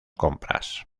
compras